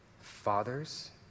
Fathers